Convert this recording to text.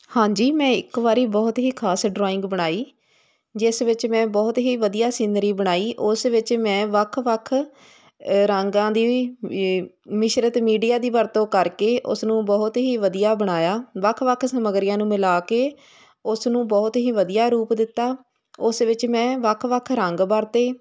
ਹਾਂਜੀ ਮੈਂ ਇੱਕ ਵਾਰੀ ਬਹੁਤ ਹੀ ਖਾਸ ਡਰਾਇੰਗ ਬਣਾਈ ਜਿਸ ਵਿੱਚ ਮੈਂ ਬਹੁਤ ਹੀ ਵਧੀਆ ਸਿਨਰੀ ਬਣਾਈ ਉਸ ਵਿੱਚ ਮੈਂ ਵੱਖ ਵੱਖ ਰੰਗਾਂ ਦੀ ਮਿਸ਼ਰਤ ਮੀਡੀਆ ਦੀ ਵਰਤੋਂ ਕਰਕੇ ਉਸਨੂੰ ਬਹੁਤ ਹੀ ਵਧੀਆ ਬਣਾਇਆ ਵੱਖ ਵੱਖ ਸਮੱਗਰੀਆਂ ਨੂੰ ਮਿਲਾ ਕੇ ਉਸ ਨੂੰ ਬਹੁਤ ਹੀ ਵਧੀਆ ਰੂਪ ਦਿੱਤਾ ਉਸ ਵਿੱਚ ਮੈਂ ਵੱਖ ਵੱਖ ਰੰਗ ਵਰਤੇ